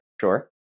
Sure